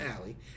alley